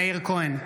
נגד מירב כהן,